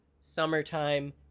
summertime